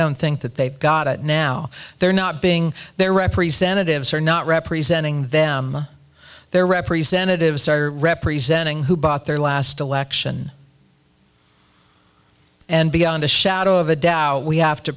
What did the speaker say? don't think that they've got it now they're not being their representatives are not representing them their representatives are representing who bought their last election and beyond a shadow of a doubt we have to